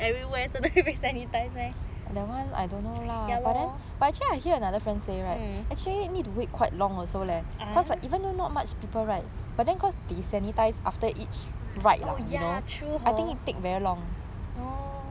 ya loh mm oh ya true hor orh